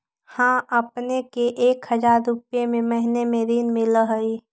हां अपने के एक हजार रु महीने में ऋण मिलहई?